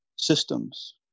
Systems